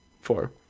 Four